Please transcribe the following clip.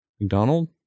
McDonald